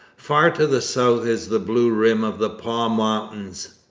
far to the south is the blue rim of the pas mountain,